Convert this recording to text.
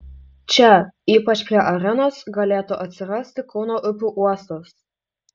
čia ypač prie arenos galėtų atsirasti kauno upių uostas